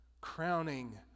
crowning